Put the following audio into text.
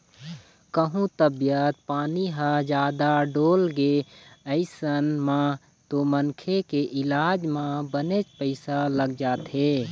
कहूँ तबीयत पानी ह जादा डोलगे अइसन म तो मनखे के इलाज म बनेच पइसा लग जाथे